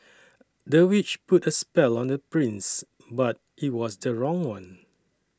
the witch put a spell on the prince but it was the wrong one